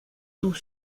tout